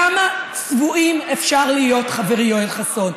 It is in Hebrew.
כמה צבועים אפשר להיות, חברי יואל חסון?